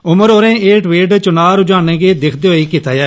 उमर होरें एह् ट्वीट चुनां रूझाने गी दिक्खदे होई कीता ऐ